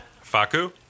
Faku